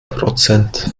prozent